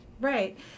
Right